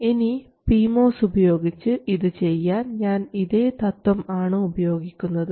ഇനി P MOS ഉപയോഗിച്ച് ഇത് ചെയ്യാൻ ഞാൻ ഇതേ തത്വം ആണ് ഉപയോഗിക്കുന്നത്